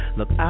Look